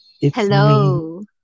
Hello